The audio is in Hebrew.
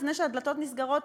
לפני שהדלתות נסגרות,